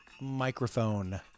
Microphone